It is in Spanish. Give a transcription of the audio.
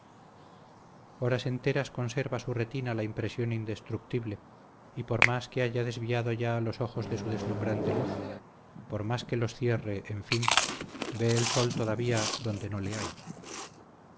horas enteras conserva su retina la impresión indestructible y por más que haya desviado ya los ojos de su deslumbrante luz por más que los cierre en fin ve el sol todavía donde no le hay